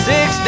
Six